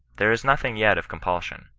there is nothing yet of compulsion,